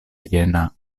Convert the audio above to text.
jena